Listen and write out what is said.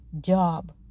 Job